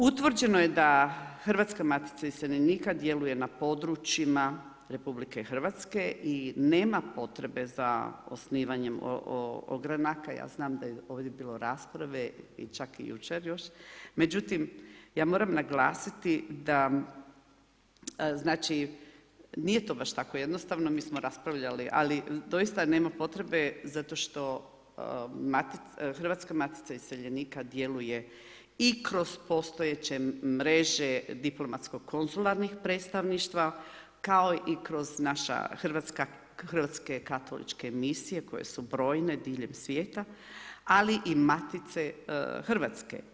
Utvrđeno je da Hrvatska matica iseljenika djeluje na područjima RH i nema potrebe za osnivanjem ogranaka, ja znam da je ovdje bilo rasprave i čak i jučer još, međutim, ja moram naglasiti da znači, nije to baš tako jednostavno, mi smo raspravljali, ali doista nema potrebe zato što Hrvatska matica iseljenika djeluje i kroz postojeće mreže diplomatsko konzularnih predstavništva kao i kroz naše hrvatske katoličke misije koje su brojne diljem svijeta ali i Matice hrvatske.